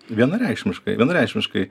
vienareikšmiškai vienareikšmiškai